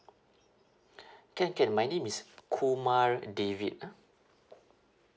can can my name is kumar david